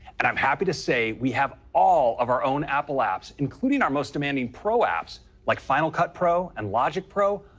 and i'm happy to say we have all of our own apple apps, including our most demanding pro apps like final cut pro and logic pro,